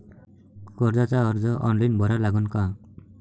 कर्जाचा अर्ज ऑनलाईन भरा लागन का?